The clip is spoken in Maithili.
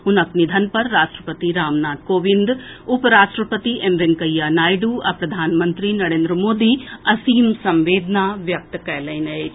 हुनक निधन पर राष्ट्रपति रामनाथ कोविंद उपराष्ट्रपति एम वेंकैया नायडू आ प्रधानमंत्री नरेन्द्र मोदी असीम संवेदना व्यक्त कयलनि अछि